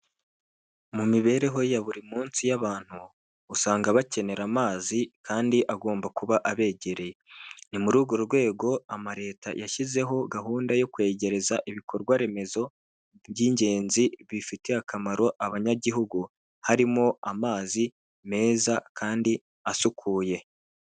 Mu mibereho ya buri munsi y'abantu, usanga bakenera amazi kandi agomba kuba abegereye, ni muri urwo rwego ama leta yashyizeho gahunda yo kwegereza ibikorwa remezo by'ingenzi bifitiye akamaro abanyagihugu, harimo amazi meza kandi asukuye.